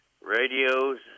radios